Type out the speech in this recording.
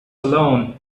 alone